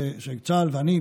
שצה"ל ואני,